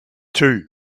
two